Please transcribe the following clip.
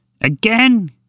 Again